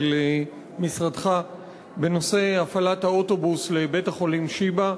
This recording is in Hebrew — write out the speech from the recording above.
משרדך בנושא הפעלת האוטובוס לבית-החולים שיבא.